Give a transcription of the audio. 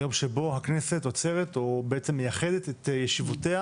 היום שבו הכנסת עוצרת או בעצם מייחדת את ישיבותיה